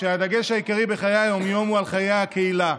והדגש העיקרי בחיי היום-יום הוא על חיי הקהילה.